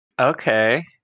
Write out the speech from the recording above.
Okay